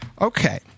Okay